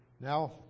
Now